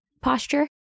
posture